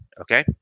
okay